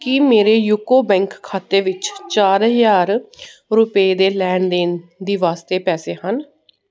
ਕੀ ਮੇਰੇ ਯੂਕੋ ਬੈਂਕ ਖਾਤੇ ਵਿੱਚ ਚਾਰ ਹਜ਼ਾਰ ਰੁਪਏ ਦੇ ਲੈਣ ਦੇਣ ਦੀ ਵਾਸਤੇ ਪੈਸੇ ਹਨ